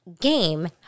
game